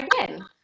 again